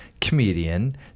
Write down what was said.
comedian